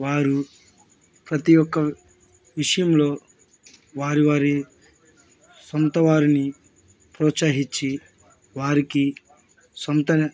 వారు ప్రతీ ఒక్క విషయంలో వారి వారి సొంత వారిని ప్రోత్సహించి వారికి సొంత